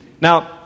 Now